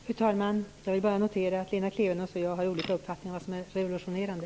Fru talman! Jag vill bara notera att Lena Klevenås och jag har olika uppfattningar om vad som är revolutionerande.